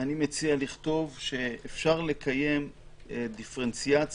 אני מציע שאפשר לקיים דיפרנציאציה